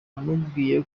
namubwiye